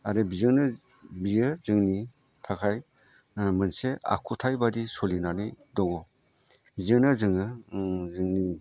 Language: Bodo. आरो बेजोंनो बेयो जोंनि थाखाय मोनसे आखुथाय बायदि सोलिनानै दङ बेजोंनो जोङो जोंनि